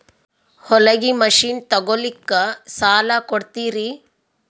ಹೊಲಗಿ ಮಷಿನ್ ತೊಗೊಲಿಕ್ಕ ಸಾಲಾ ಕೊಡ್ತಿರಿ?